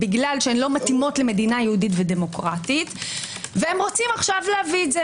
כי הן לא מתאימות למדינה יהודית ודמוקרטית והם רוצים עכשיו להביא את זה.